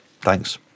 Thanks